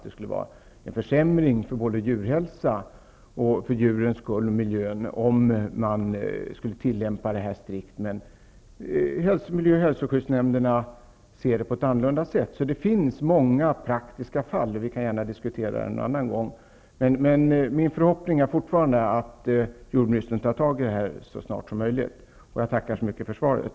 Det skulle vara en försämring för djurens hälsa, miljön osv. om bestämmelserna skulle tillämpas strikt. Miljö och hälsoskyddsnämnderna ser på ett annat sätt på dessa frågor. Det finns många praktiska fall. Vi kan gärna diskutera frågorna någon annan gång. Min förhoppning är fortfarande att jordbruksministern skall se över frågorna så snart som möjligt. Jag tackar så mycket för svaret.